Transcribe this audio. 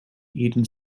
eaten